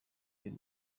y’u